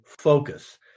focus